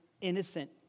innocent